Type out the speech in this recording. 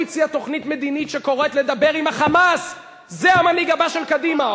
הוא הציע תוכנית מדינית שקוראת לדבר עם ה"חמאס" זה המנהיג הבא של קדימה,